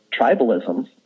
tribalism